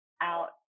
out